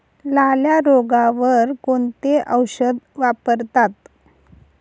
लाल्या रोगावर कोणते औषध वापरतात?